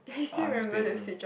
aunt's bedroom